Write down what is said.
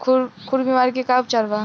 खुर बीमारी के का उपचार बा?